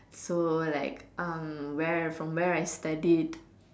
so like um where from where I studied